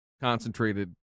concentrated